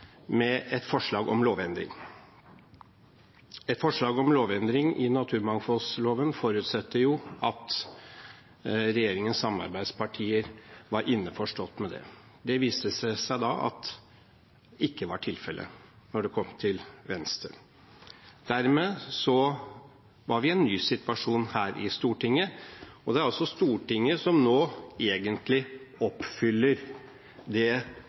med et forslag om lovendring. Et forslag om lovendring i naturmangfoldloven forutsetter jo at regjeringens samarbeidspartier var innforstått med det. Det viste seg ikke var tilfellet da det kom til Venstre. Dermed var vi i en ny situasjon her i Stortinget. Det er altså Stortinget som nå egentlig oppfyller den bestillingen Stortinget ga, nemlig at endringene nå skjer etter gjeldende lovverk. Så kan det,